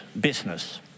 business